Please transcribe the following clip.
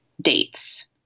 dates